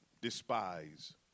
despise